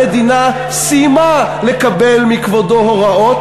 המדינה סיימה לקבל מכבודו הוראות.